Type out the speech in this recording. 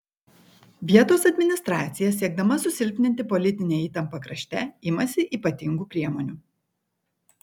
vietos administracija siekdama susilpninti politinę įtampą krašte imasi ypatingų priemonių